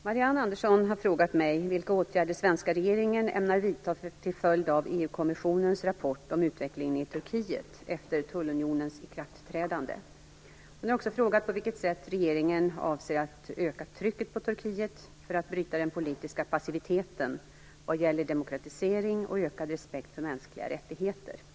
Herr talman! Marianne Andersson har frågat mig vilka åtgärder svenska regeringen ämnar vidta till följd av EU-kommissionens rapport om utvecklingen i Turkiet efter tullunionens ikraftträdande. Hon har också frågat på vilket sätt regeringen avser att öka trycket på Turkiet för att bryta den politiska passiviteten vad gäller demokratisering och ökad respekt för mänskliga rättigheter.